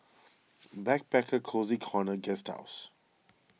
Backpacker Cozy Corner Guesthouse